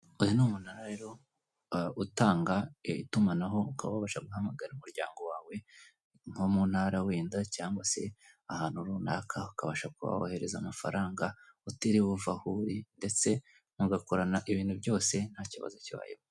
Uyu ni umunara rero utanga itumanaho, ukaba wabasha guhamagara umuryango wawe nko mu ntara wenda, cyangwa se ahantu runaka ukabasha kuba wohereza amafaranga utiri buva aho uri, ndetse mugakorana ibintu byose, nta kibazo kibayeho.